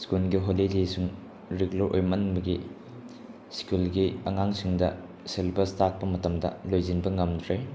ꯁ꯭ꯀꯨꯜꯒꯤ ꯍꯣꯂꯤꯗꯦꯁꯤꯡ ꯔꯤꯒꯨꯂꯔ ꯑꯣꯏꯃꯟꯕꯒꯤ ꯁ꯭ꯀꯨꯜꯒꯤ ꯑꯉꯥꯡꯁꯤꯡꯗ ꯁꯦꯂꯦꯕꯁ ꯇꯥꯛꯄ ꯃꯇꯝꯗ ꯂꯣꯏꯁꯤꯟꯕ ꯉꯝꯗ꯭ꯔꯦ